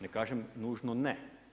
Ne kažem nužno ne.